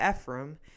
Ephraim